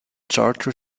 charter